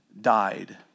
died